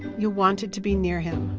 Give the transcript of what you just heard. you wanted to be near him.